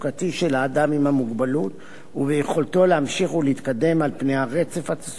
האדם עם המוגבלות וביכולתו להמשיך ולהתקדם על פני הרצף התעסוקתי.